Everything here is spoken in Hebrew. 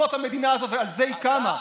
זאת המדינה הזאת ועל זה היא קמה.